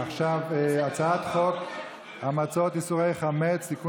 עכשיו הצעת חוק חג המצות (איסורי חמץ) (תיקון,